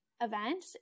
event